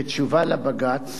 בתשובה לבג"ץ,